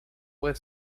puede